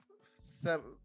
seven